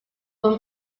from